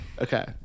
Okay